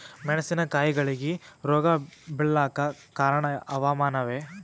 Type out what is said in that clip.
ಮೆಣಸಿನ ಕಾಯಿಗಳಿಗಿ ರೋಗ ಬಿಳಲಾಕ ಕಾರಣ ಹವಾಮಾನನೇ?